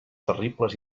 terribles